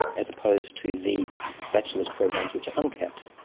as opposed to the bachelors programs which are uncapped.